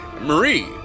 Marie